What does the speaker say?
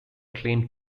claimed